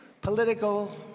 political